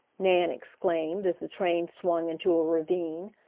nan exclaimed, as the train swung into a ravine.